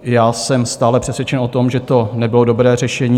Já jsem stále přesvědčen o tom, že to nebylo dobré řešení.